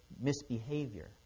misbehavior